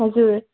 हजुर